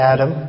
Adam